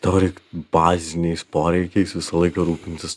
tau reik baziniais poreikiais visą laiką rūpintis